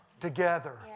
Together